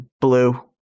blue